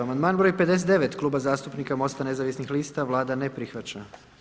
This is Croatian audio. Amandman broj 59 Kluba zastupnika Mosta nezavisnih lista, Vlada ne prihvaća.